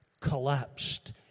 collapsed